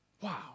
Wow